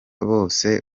bose